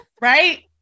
Right